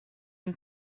and